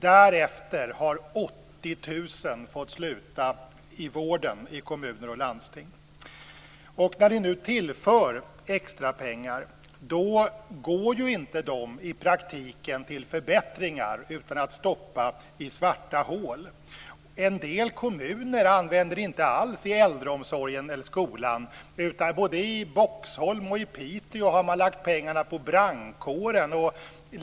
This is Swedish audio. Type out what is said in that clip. Därefter har 80 000 fått sluta i vården i kommuner och landsting. När ni nu tillför extra pengar går inte dessa i praktiken till förbättringar utan stoppas i svarta hål. En del kommuner använder dem inte alls i äldreomsorgen eller i skolan. Både i Boxholm och i Piteå har man lagt pengarna på brandkåren.